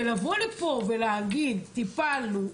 ולבוא לפה ולהגיד: טיפלנו,